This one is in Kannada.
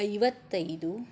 ಐವತ್ತೈದು